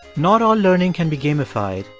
not all learning can be gamified.